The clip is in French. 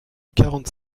quarante